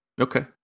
Okay